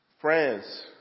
Friends